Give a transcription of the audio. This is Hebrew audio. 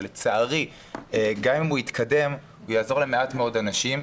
אך לצערי גם אם היא תתקדם היא תעזור למעט מאוד אנשים,